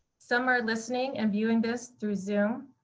some are listening and viewing this through zoom,